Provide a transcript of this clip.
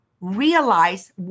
realize